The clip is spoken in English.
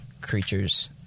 creatures